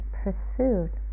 pursued